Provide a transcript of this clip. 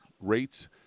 rates